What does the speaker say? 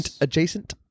adjacent